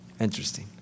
Interesting